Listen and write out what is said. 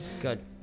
Good